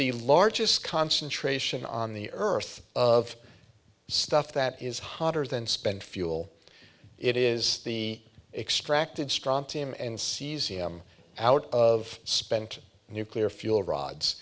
the largest concentration on the earth of stuff that is hotter than spent fuel it is the extracted strontium and cesium out of spent nuclear fuel rods